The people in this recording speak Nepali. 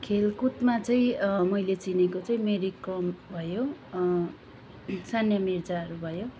खेलकुदमा चाहिँ मैले चिनेको चाहिँ मेरिकम भयो सानिया मिर्जाहरू भयो